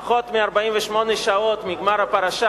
פחות מ-48 שעות מגמר הפרשה,